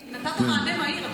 כי נתת מענה מהיר.